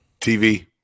TV